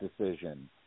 decision